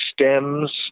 stems